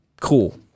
cool